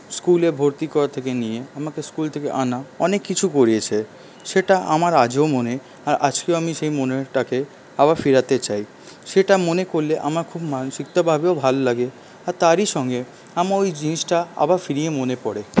স্কুলে ভর্তি করা থেকে নিয়ে আমাকে স্কুল থেকে আনা অনেক কিছু করিয়েছে সেটা আমার আজও মনে আজকেও আমি সেই মনেরটাকে আবার ফেরাতে চাই সেটা মনে করলে আমার খুব মানসিকতাভাবেও ভাল লাগে আর তারই সঙ্গে আমার ওই জিনিসটা আবার ফিরিয়ে মনে পড়ে